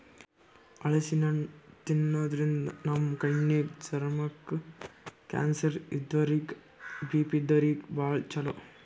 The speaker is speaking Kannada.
ಹಲಸಿನ್ ಹಣ್ಣ್ ತಿನ್ನಾದ್ರಿನ್ದ ನಮ್ ಕಣ್ಣಿಗ್, ಚರ್ಮಕ್ಕ್, ಕ್ಯಾನ್ಸರ್ ಇದ್ದೋರಿಗ್ ಬಿ.ಪಿ ಇದ್ದೋರಿಗ್ ಭಾಳ್ ಛಲೋ